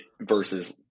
versus